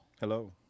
Hello